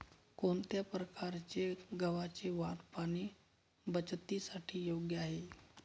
कोणत्या प्रकारचे गव्हाचे वाण पाणी बचतीसाठी योग्य आहे?